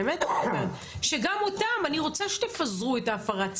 באמת שגם אותם, אני רוצה שתפזרו את הפרות הסדר,